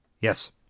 Yes